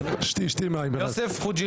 שתי מים, מירב.